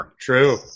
True